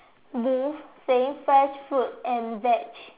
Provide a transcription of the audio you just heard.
booth saying fresh fruit and veg